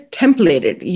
templated